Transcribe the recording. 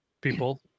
people